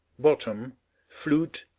bottom flute,